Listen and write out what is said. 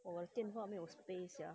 !whoa! 我电话没有 space sia